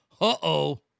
Uh-oh